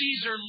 Caesar